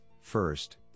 First